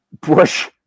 Bush